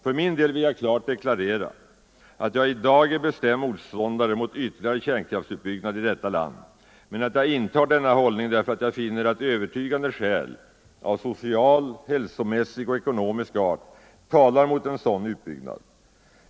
För min del vill jag klart deklarera att jag i dag är bestämd motståndare mot ytterligare kärnkraftsutbyggnad i detta land, men att jag intar denna hållning därför att jag finner att övertygande skäl av såväl social, hälsomässig som ekonomisk art talar mot en sådan utbyggnad.